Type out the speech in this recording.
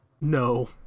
No